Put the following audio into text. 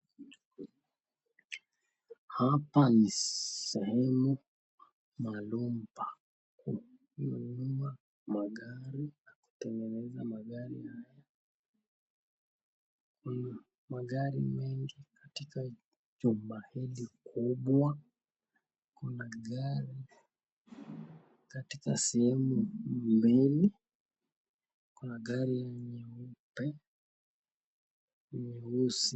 Hapa ni sehemu maalum pa nyumba pa kupakia magari, kutengeneza magari haya. Kuna magari mengi katika chumba hili kubwa .Kuna gari katika sehemu mbili, kuna gari nyeupe ,nyeusi.